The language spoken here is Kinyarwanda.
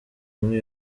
muri